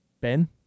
Ben